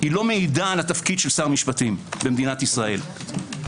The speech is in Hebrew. לא מעידה על תפקיד שר המשפטים במדינת ישראל.